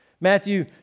Matthew